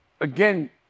again